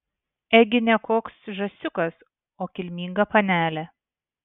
ėgi ne koks žąsiukas o kilminga panelė